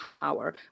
power